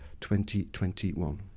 2021